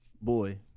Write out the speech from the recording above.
Boy